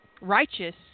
righteous